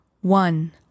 one